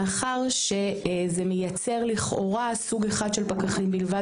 מאחר שזה מייצר לכאורה סוג אחד של פקחים בלבד